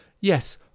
Yes